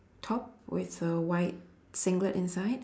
top with a white singlet inside